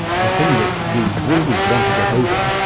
the thing which we really want to get over,